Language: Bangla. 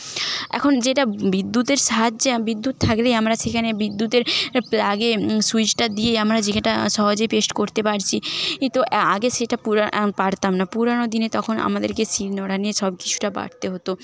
এখন যেটা বিদ্যুতের সাহায্যে বিদ্যুৎ থাকলে আমরা সেখানে বিদ্যুতের প্লাগে সুইচটা দিয়ে আমরা যেটা সহজেই পেস্ট করতে পারছি কিন্তু আগে সেটা পুরা পারতাম না পুরানো দিনে তখন আমাদেরকে শিলনোড়া নিয়ে সব কিছুটা বাটতে হত